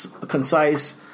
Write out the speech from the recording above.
concise